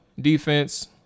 defense